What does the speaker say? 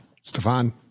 Stefan